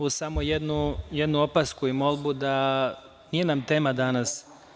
Uz samo jednu opasku i molbu, nije nam ovo tema danas.